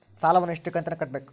ಸಾಲವನ್ನ ಎಷ್ಟು ಕಂತಿನಾಗ ಕಟ್ಟಬೇಕು?